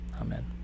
Amen